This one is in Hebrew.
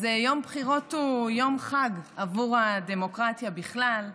אז יום בחירות הוא יום חג עבור הדמוקרטיה בכלל,